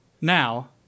now